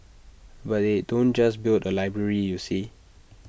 but they don't just build A library you see